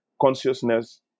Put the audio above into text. consciousness